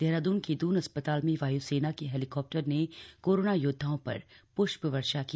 देहरादून के दून अस्पताल में वाय्सेना के हेलीकॉप्टर ने कोरोना योद्वाओं पर प्ष्पवर्षा की